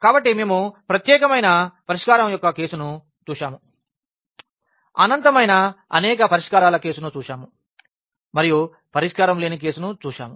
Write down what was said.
కాబట్టి మేము ప్రత్యేకమైన పరిష్కారం యొక్క కేసును చూశాము అనంతమైన అనేక పరిష్కారాల కేసును చూశాము మరియు పరిష్కారం లేని కేసును చూశాము